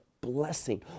blessing